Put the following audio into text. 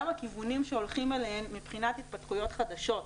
גם הכיוונים שהולכים אליהם מבחינת התפתחויות חדשות,